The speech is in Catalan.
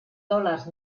dòlars